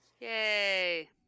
Yay